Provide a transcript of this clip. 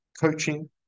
coaching